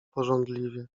pożądliwie